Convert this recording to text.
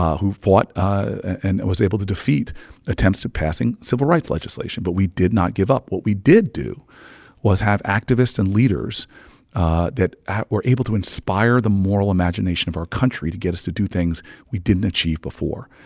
who fought and was able to defeat attempts of passing civil rights legislation. but we did not give up. what we did do was have activists and leaders that were able to inspire the moral imagination of our country to get us to do things we didn't achieve before.